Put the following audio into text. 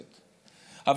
ישבתי ביותר ועדות בכנסת,